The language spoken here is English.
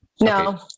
No